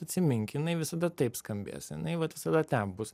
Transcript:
atsimink jinai visada taip skambės jinai vat visada ten bus